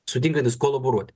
sutinkantys kolaboruoti